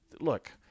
look